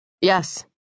Yes